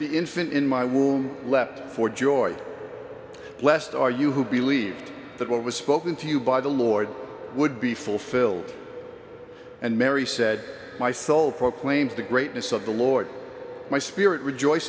the infant in my womb leaped for joy blessed are you who believes that what was spoken to you by the lord would be fulfilled and mary said my soul proclaims the greatness of the lord my spirit rejoice